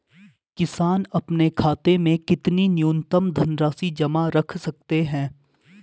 किसान अपने खाते में कितनी न्यूनतम धनराशि जमा रख सकते हैं?